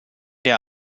der